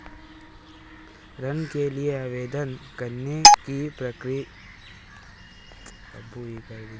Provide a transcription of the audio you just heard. ऋण के लिए आवेदन करने की प्रक्रिया क्या है?